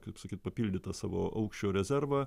kaip sakyt papildyt tą savo aukščio rezervą